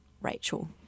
Rachel